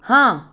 ਹਾਂ